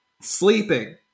Sleeping